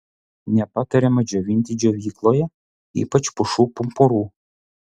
nepatariama džiovinti džiovykloje ypač pušų pumpurų